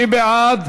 מי בעד?